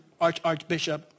archbishop